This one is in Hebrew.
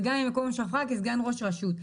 וגם ממקום מושבך כסגן ראש רשות,